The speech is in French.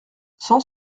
cent